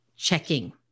checking